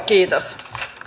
kiitos